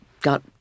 got